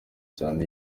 cyane